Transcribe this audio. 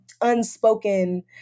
unspoken